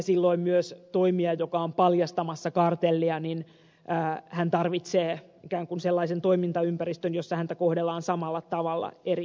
silloin myös toimija joka on paljastamassa kartellia tarvitsee ikään kuin sellaisen toimintaympäristön jossa häntä kohdellaan samalla tavalla eri jäsenvaltioissa